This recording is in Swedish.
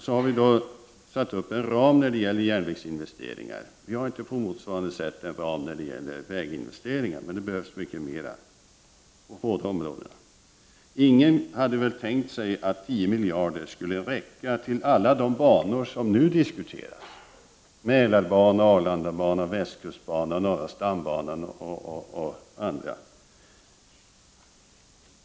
Vi har satt upp en ram när det gäller järnvägsinvesteringar. Vi har inte på motsvarande sätt en ram när det gäller väginvesteringar. Men det behövs mycket mera på båda områdena. Ingen hade väl tänkt sig att tio miljarder skulle räcka till alla de banor som nu diskuteras — Mälarbanan, Arlandabanan, västkustbanan, norra stambanan m.fl.